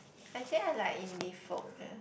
I think I like indie folk eh